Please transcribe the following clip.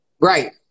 right